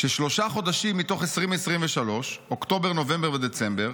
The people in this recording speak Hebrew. ששלושה חודשים מתוך 2023, אוקטובר, נובמבר ודצמבר,